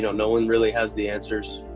no no one really has the answers.